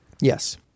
Yes